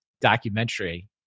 documentary